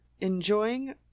enjoying